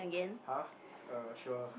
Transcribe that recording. !huh! uh sure